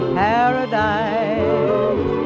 paradise